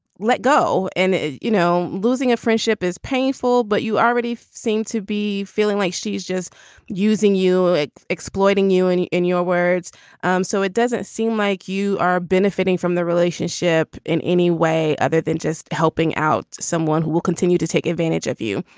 let go and you know losing a friendship is painful but you already seem to be feeling like she's just using you like exploiting you and in your words um so it doesn't seem like you are benefiting from the relationship in any way other than just helping out someone who will continue to take advantage of you.